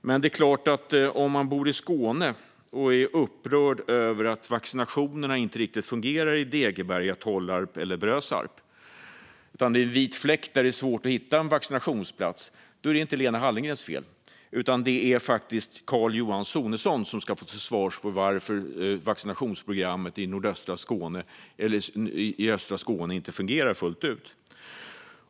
Men om man bor i Skåne och är upprörd över att vaccineringen inte riktigt fungerar i Degeberga, Tollarp eller Brösarp och att det är en vit fläck där det är svårt att hitta en vaccinationsplats är det inte Lena Hallengrens fel, utan det är Carl Johan Sonesson som ska stå till svars för varför vaccinationsprogrammet i östra Skåne inte fungerar fullt ut.